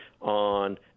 on